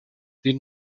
den